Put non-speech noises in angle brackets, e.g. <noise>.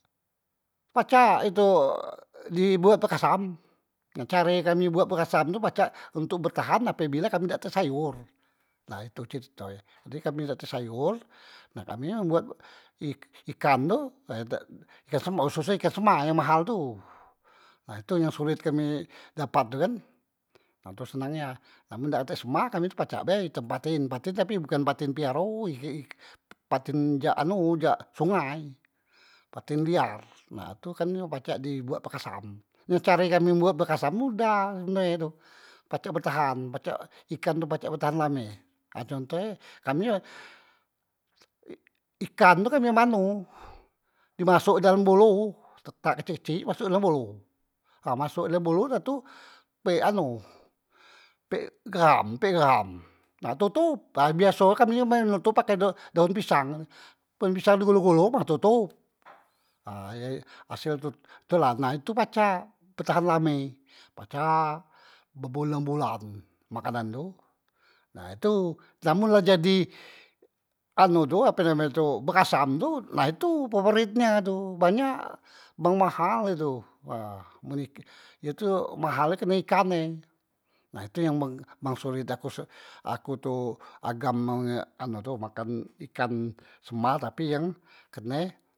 Pacak he tu di buat pekasam, nah care kami buat pekasam tu pacak untuk betahan apebila kami dak tek sayor, nah itu cerito e, jadi kami dak tek sayor nah kami eng buat ik- ikan tu ha dak <unintelligible> khusus e ikan sema yang mahal tu, nah itu yang kami sulit dapat tu kan nah tu senang nia, nah men dak tek sema kami tu pacak bae ikan paten tapi bukan piaro ikhh ppaten jak anu jak sungai paten liar nah tu kan nyo pacak di buat pekasam, nah care kami buat pekasam mudah carenye tu pacak bertahan, pacak ikan tu pacak bertahan lame nah contoh e kami e ikan tu dem anu di masok dalam bolo tetak kecik- kecik masok dalam bolo, ha masok dalam bolo da tu pek anu pek geham pek geham nah totop, nah biasonyo kami men notop pake daon pisang kan daon pisang di golong- golong ha totop ha ye hasel tu tula nah itu pacak betahan lame pacak bebolan bolan makanan tu, na itu namun la jadi anu tu ape name tu bekasam tu nah itu paporit nian tu banyak bang mahal he tu men ik he tu mahal karne ikan e, nah tu yang solet akus akutu agam ng anu tu makan ikan sema tapi yang kene.